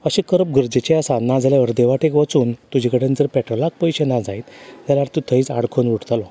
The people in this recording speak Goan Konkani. अशें करप गरजेचें आसा जाल्यार अर्दवाटेक वचून तुजे कडेन जर पेट्रोलाक पयशे ना जायत जाल्यार तूं थंयच आडकोन उरतलो